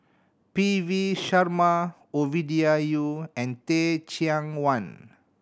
P V Sharma Ovidia Yu and Teh Cheang Wan